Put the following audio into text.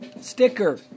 sticker